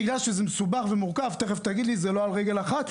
בגלל שזה מסובך ומורכב ולא על רגל אחת,